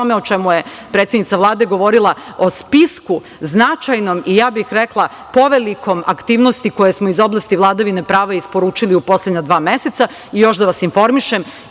o čemu je predsednica Vlade govorila, o spisku značajnom, i ja bih rekla - povelikom, aktivnosti koje smo iz oblasti vladavine prava isporučili u poslednja dva meseca. Još da vas informišem,